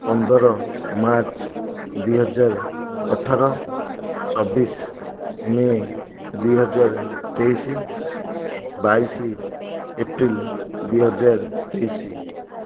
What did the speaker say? ପନ୍ଦର ମାର୍ଚ୍ଚ ଦୁଇ ହଜାର ଅଠର ଚବିଶ ମେ ଦୁଇ ହଜାର ତେଇଶ ବାଇଶ ଏପ୍ରିଲ ଦୁଇ ହଜାର ତେଇଶ